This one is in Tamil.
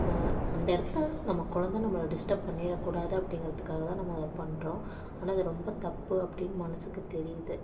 அந்த இடத்துல நம்ம குழந்த நம்மளை டிஸ்டப் பண்ணிடக்கூடாது அப்படிங்கிறதுக்காகதான் நம்ம அதை பண்ணுறோம் ஆனால் அது ரொம்ப தப்பு அப்படின் மனதுக்கு தெரியுது